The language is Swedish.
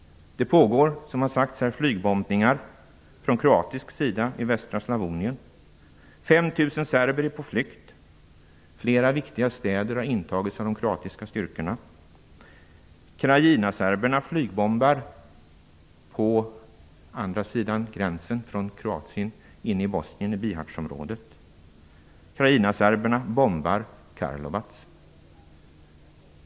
Det pågår, som har sagts här, flygbombningar från kroatisk sida i västra Slavonien. 5 000 serber är på flykt. Flera viktiga städer har intagits av de kroatiska styrkorna. Krajinaserberna flygbombar över gränsen inne i Bihacområdet i Bosnien. Krajinaserberna bombar Karlovac.